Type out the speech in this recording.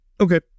Okay